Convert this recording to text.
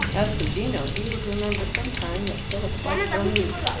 as for gino, he would remember some time that philip liked vermouth.